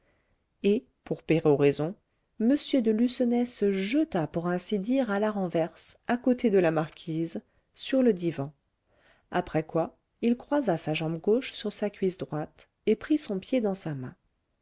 et pour péroraison m de lucenay se jeta pour ainsi dire à la renverse à côté de la marquise sur le divan après quoi il croisa sa jambe gauche sur sa cuisse droite et prit son pied dans sa main